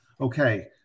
Okay